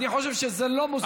אני חושב שזה לא מוסיף לדיון.